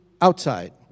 outside